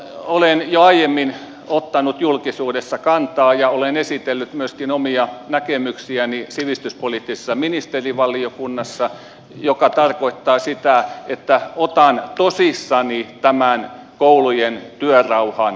olen jo aiemmin ottanut julkisuudessa kantaa ja olen esitellyt myöskin omia näkemyksiäni sivistyspoliittisessa ministerivaliokunnassa mikä tarkoittaa sitä että otan tosissani tämän koulujen työrauhan parantamisen